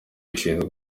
ushinzwe